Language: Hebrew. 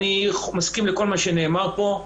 אני מסכים לכל מה שנאמר פה.